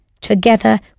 Together